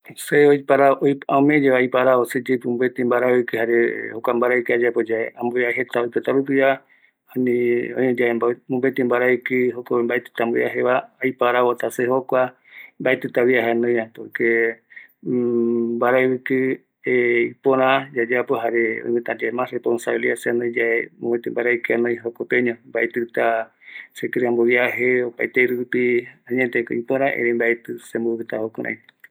Jaekavi seko ma aeka ipuere vaera aja ipuer vaera aja apravɨkɨ añetëte oimeta jokope apɨta paraete aparaɨkɨ vano esa jokuako omeñota seve sepuere vaera mbae anoi jukuraiyae